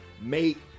make